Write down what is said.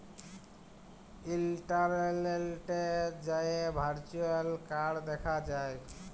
ইলটারলেটে যাঁয়ে virtual card দ্যাখা যায়